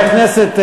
חברי הכנסת,